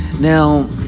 Now